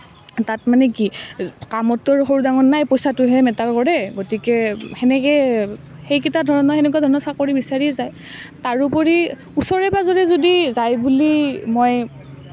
তাত মানে কি কামততো আৰু সৰু ডাঙৰ নাই পইচাটোহে মেটাৰ কৰে গতিকে সেনেকৈ সেইকেইটা ধৰণৰ সেনেকুৱা ধৰণৰ চাকৰি বিচাৰিয়ে যায় তাৰোপৰি ওচৰে পাঁজৰে যদি যায় বুলি মই